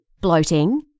Bloating